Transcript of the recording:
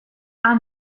han